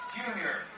Junior